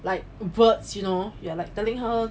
like words you know you're like telling her